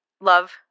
Love